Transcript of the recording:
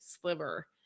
sliver